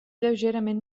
lleugerament